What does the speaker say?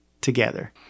together